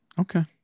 Okay